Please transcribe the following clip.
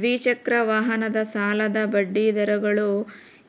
ದ್ವಿಚಕ್ರ ವಾಹನದ ಸಾಲದ ಬಡ್ಡಿ ದರಗಳು